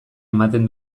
ematen